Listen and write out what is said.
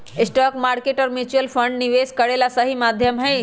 stock market और mutual fund निवेश करे ला सही माध्यम हई